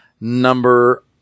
number